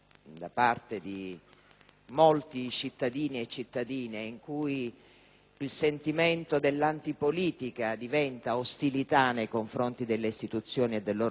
molti cittadini e cittadine in cui il sentimento dell'antipolitica diventa ostilità nei confronti delle istituzioni e del loro procedere democratico,